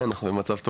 כן, אנחנו במצב טוב.